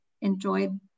enjoyed